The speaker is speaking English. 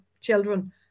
children